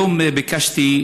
היום ביקשתי,